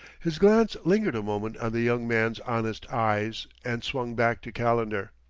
his glance lingered a moment on the young man's honest eyes, and swung back to calendar.